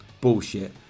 Bullshit